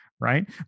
right